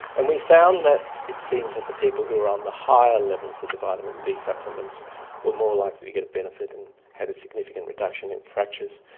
and we found that it seems that people who are on the higher levels of the vitamin d supplements were more likely to get a benefit and had a significant reduction in fractures.